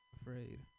Afraid